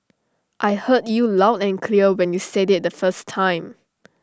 I heard you loud and clear when you said IT the first time